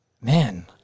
man